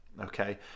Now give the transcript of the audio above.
okay